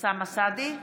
אוסאמה סעדי,